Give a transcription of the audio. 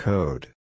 Code